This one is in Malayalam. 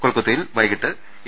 കൊൽക്കത്തയിൽ വൈകീട്ട് എ